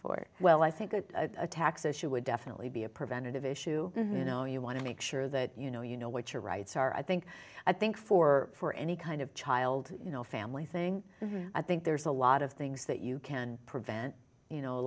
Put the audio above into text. for well i think that a tax issue would definitely be a preventative issue you know you want to make sure that you know you know what your rights are i think i think for for any kind of child you know family thing i think there's a lot of things that you can prevent you know a